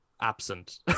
absent